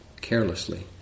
carelessly